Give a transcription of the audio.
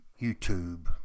YouTube